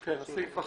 כן, הסעיף החדש,